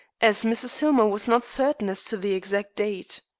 as mrs. hillmer was not certain as to the exact date.